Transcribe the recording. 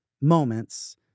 moments